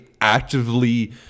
actively